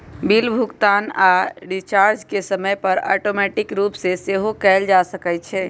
bill भुगतान आऽ recharge के समय पर ऑटोमेटिक रूप से सेहो कएल जा सकै छइ